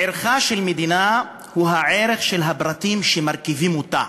ערכה של מדינה הוא הערך של הפרטים שמרכיבים אותה.